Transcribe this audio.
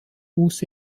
wuchs